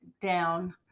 down